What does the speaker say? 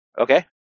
Okay